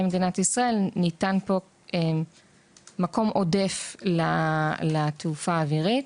מדינת ישראל ניתן פה מקום עודף לתעופה האווירית.